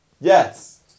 Yes